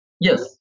Yes